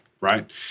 right